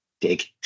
Dig